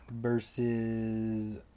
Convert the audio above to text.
Versus